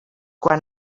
quan